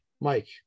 Mike